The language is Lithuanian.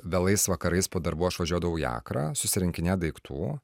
vėlais vakarais po darbų aš važiuodavau į akrą susirinkinėt daiktų